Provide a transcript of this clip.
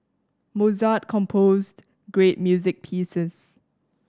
Mozart composed great music pieces